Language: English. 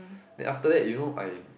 then after that you know I'm